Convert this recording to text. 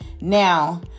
Now